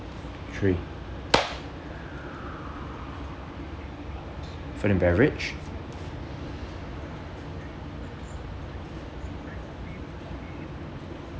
three food and beverage